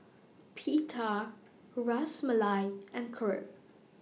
Pita Ras Malai and Crepe